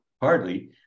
Hardly